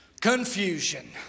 confusion